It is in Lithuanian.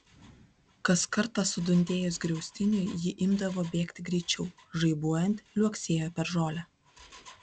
kas kartą sudundėjus griaustiniui ji imdavo bėgti greičiau žaibuojant liuoksėjo per žolę